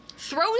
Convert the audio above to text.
Throws